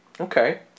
Okay